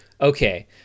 Okay